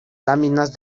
láminas